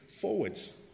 forwards